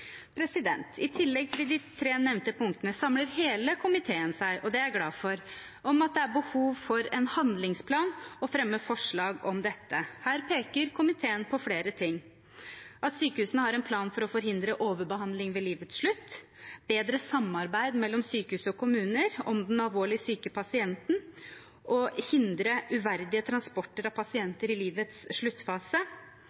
I tillegg til de tre nevnte punktene samler hele komiteen seg, og det er jeg glad for, om at det er behov for en handlingsplan og fremmer forslag om dette. Her peker komiteen på flere ting – at sykehusene har en plan for å forhindre overbehandling ved livets slutt, bedre samarbeid mellom sykehus og kommuner om den alvorlig syke pasienten og å hindre uverdige transporter av